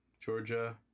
Georgia